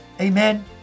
Amen